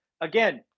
Again